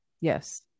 Yes